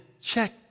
check